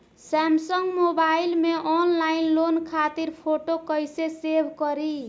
Samsung mobile में online loan खातिर photo कैसे सेभ करीं?